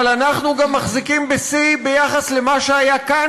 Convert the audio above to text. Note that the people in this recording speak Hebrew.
אבל אנחנו גם מחזיקים בשיא ביחס למה שהיה כאן,